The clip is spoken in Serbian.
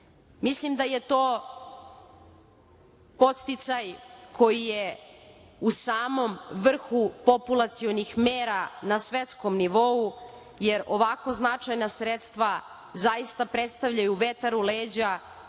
deteta. Mislim da je to podsticaj koji je u samom vrhu populacionih mera na svetskom nivou, jer ovako značajna sredstva zaista predstavljaju vetar u leđa